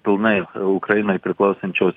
pilnai ukrainai priklausančios